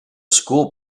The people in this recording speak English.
school